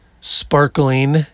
sparkling